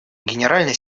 генеральный